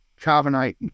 carbonate